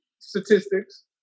statistics